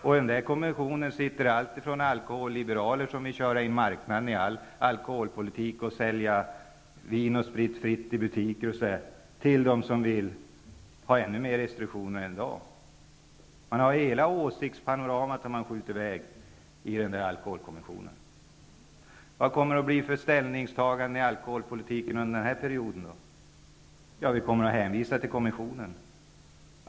I den kommissionen sitter alltifrån alkoholliberaler, som vill ha in marknaden i all alkoholpolitik och sälja vin och sprit fritt i butikerna, till dem som vill ha ännu fler restriktioner än i dag. Hela åsiktspanoramat finns med i den alkoholpolitiska kommissionen. Vad kommer det att bli för ställningstaganden om alkoholpolitiken under den här mandatperioden? Ja, vi kommer att hänvisas till kommissionen.